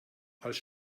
als